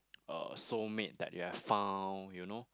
a soul mate that you have found you know